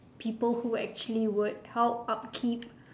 people who actually would help upkeep